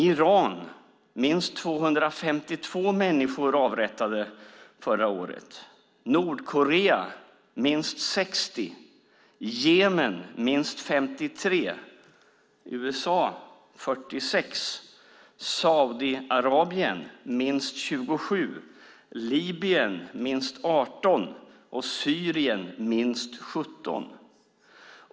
I Iran avrättades minst 252 förra året, i Nordkorea minst 60, i Jemen minst 53, i USA 46, i Saudiarabien minst 27, i Libyen minst 18 och i Syrien minst 17.